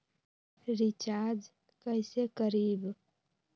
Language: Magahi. रिचाज कैसे करीब?